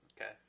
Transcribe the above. Okay